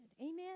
Amen